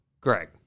Greg